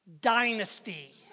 dynasty